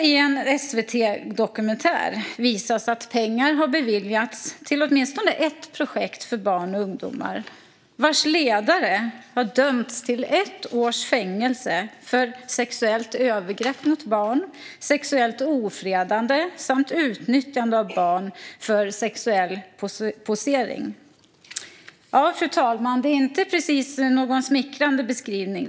I en SVT-dokumentär visas att pengar har beviljats till åtminstone ett projekt för barn och ungdomar vars ledare har dömts till ett års fängelse för sexuellt övergrepp mot barn, sexuellt ofredande och utnyttjande av barn för sexuell posering. Fru talman! Detta är inte precis någon smickrande beskrivning.